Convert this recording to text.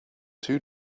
two